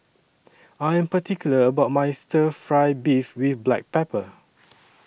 I Am particular about My Stir Fry Beef with Black Pepper